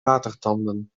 watertanden